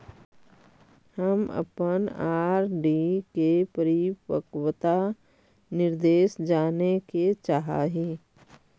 हम अपन आर.डी के परिपक्वता निर्देश जाने के चाह ही